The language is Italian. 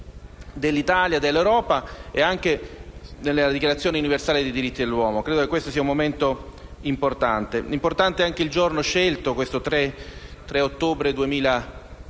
dell'Italia, dell'Europa e anche della Dichiarazione universale dei diritti dell'uomo. È dunque un momento importante. È importante anche il giorno scelto, il 3 ottobre,